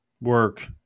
work